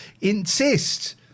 insist